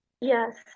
Yes